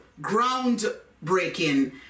groundbreaking